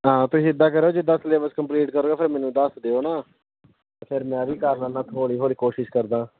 ਹਾਂ ਤੁਸੀਂ ਇੱਦਾਂ ਕਰੋ ਜਿੱਦਾਂ ਸਿਲੇਬਸ ਕੰਪਲੀਟ ਕਰੋਗੇ ਫਿਰ ਮੈਨੂੰ ਦੱਸ ਦਿਓ ਨਾ ਫਿਰ ਮੈਂ ਵੀ ਕਰ ਲੈਨਾ ਹੌਲੀ ਹੌਲੀ ਕੋਸ਼ਿਸ਼ ਕਰਦਾ